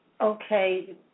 Okay